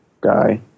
guy